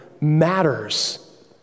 matters